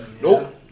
Nope